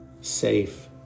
safe